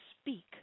speak